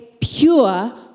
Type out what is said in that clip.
pure